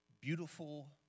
beautiful